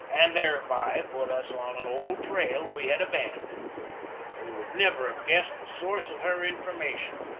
and thereby put us on an old trail we had abandoned, we would never have guessed the source of her information.